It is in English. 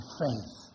faith